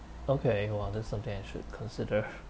okay !wah! this something I should consider